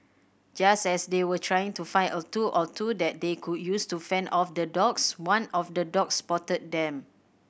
just as they were trying to find a tool or two that they could use to fend off the dogs one of the dogs spotted them